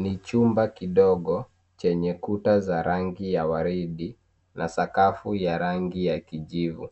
Ni chumba kidogo chenye kuta za rangi ya waridi, na sakafu ya rangi ya kijivu,